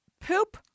poop